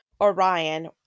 Orion